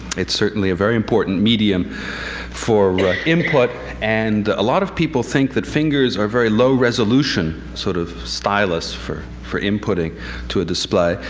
it's certainly a very important medium for input, and a lot of people think that fingers are a very low-resolution sort of stylus for for inputting to a display.